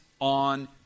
on